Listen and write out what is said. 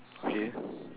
okay